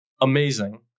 Amazing